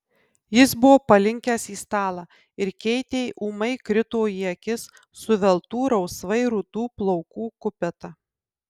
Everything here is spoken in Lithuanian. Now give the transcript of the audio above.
jis buvo palinkęs į stalą ir keitei ūmai krito į akis suveltų rausvai rudų plaukų kupeta